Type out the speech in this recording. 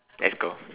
let's go